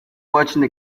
watching